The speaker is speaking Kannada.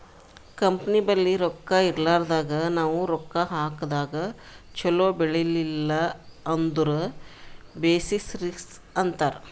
ಕಂಪನಿ ಬಲ್ಲಿ ರೊಕ್ಕಾ ಇರ್ಲಾರ್ದಾಗ್ ನಾವ್ ರೊಕ್ಕಾ ಹಾಕದಾಗ್ ಛಲೋ ಬೆಳಿಲಿಲ್ಲ ಅಂದುರ್ ಬೆಸಿಸ್ ರಿಸ್ಕ್ ಅಂತಾರ್